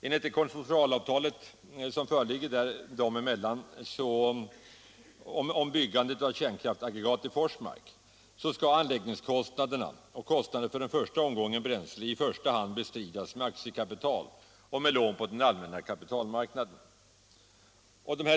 Enligt dessa konsortialavtal om byggande av kärnkraftsaggregat i Forsmark skall anläggningskostnaderna och kostnaderna för den första omgången bränsle i första hand bestridas med aktiekapital och med lån på den allmänna kapitalmarknaden.